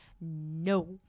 No